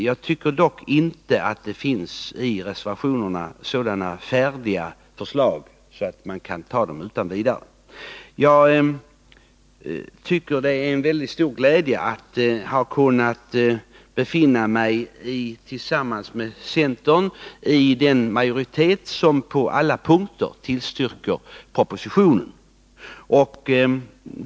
Jag tycker dock inte att det i reservationerna finns så färdiga förslag att man kan anta dem utan vidare. Det är en väldigt stor glädje för mig att tillsammans med övriga centerledamöter befinna mig i den majoritet som på alla punkter tillstyrker propositionen.